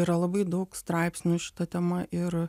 yra labai daug straipsnių šita tema ir